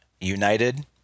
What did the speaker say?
United